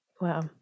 Wow